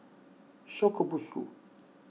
Shokubutsu